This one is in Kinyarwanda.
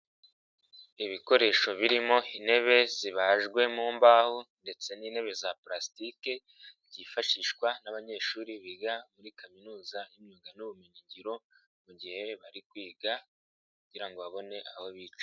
Ibikoresho birimo intebe zibajwe mu mbaho ndetse n'intebe za purasitike, byifashishwa n'abanyeshuri biga muri kaminuza imyuga n'ubumenyingiro, mu gihe bari kwiga kugira ngo babone aho bicara.